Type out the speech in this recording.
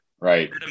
Right